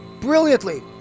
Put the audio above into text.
Brilliantly